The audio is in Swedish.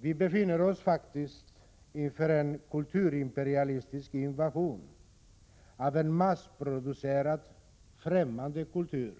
Vi står faktiskt inför en kulturimperialistisk invasion av en massproducerad, främmande kultur.